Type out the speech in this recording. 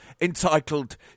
entitled